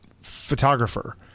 photographer